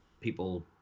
people